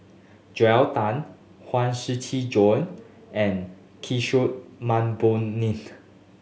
Joel Tan Huang Shiqi Joan and Kishore Mahbubani